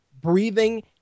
breathing